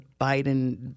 Biden